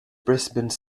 brisbane